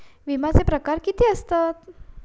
विमाचे प्रकार किती असतत?